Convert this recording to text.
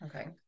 Okay